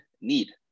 need